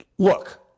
Look